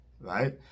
right